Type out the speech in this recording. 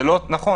זה לא נכון.